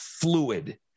fluid